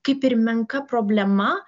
kaip ir menka problema